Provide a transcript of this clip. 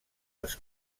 els